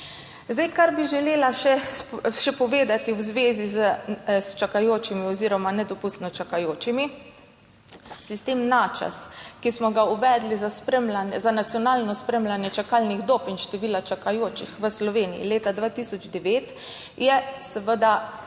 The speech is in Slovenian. kar bi želela povedati v zvezi s čakajočimi oziroma nedopustno čakajočimi. Sistem Načas, ki smo ga uvedli za spremljanje, za nacionalno spremljanje čakalnih dob in števila čakajočih v Sloveniji leta 2009, je seveda